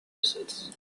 results